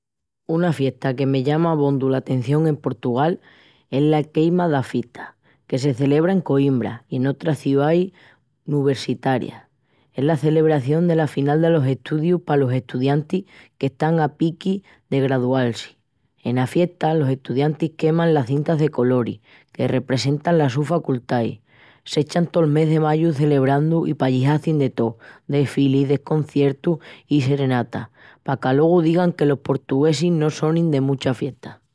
Una fiesta que me llama abondu l'atención en Portugal es la 'Queima das fitas', que se celebra en Coimbra i en otras ciais nuversitarias. Es la celebración dela final delos estudius palos estudiantis que están a piquis de gradual-si. Ena fiesta, los estudiantis queman las cintas de coloris, que representan las sus facultais. Sechan tol mes de mayu celebrandu i pallí hazin de tó, desfilis, desconciertus i serenatas. Paque alogu digan que los portuguesis no sonin de mucha fiesta.